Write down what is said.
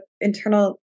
internal